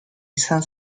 izan